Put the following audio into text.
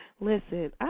listen